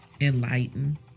enlighten